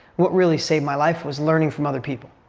what really saved my life was learning from other people.